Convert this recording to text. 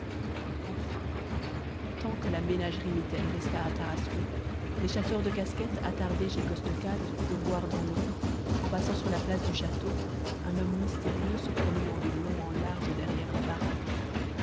enfin tant que la ménagerie mitaine resta à tarascon les chasseurs de casquettes attardés chez costecalde purent voir dans l'ombre en passant sur la place du château un homme mystérieux se promenant de long en large derrière la baraque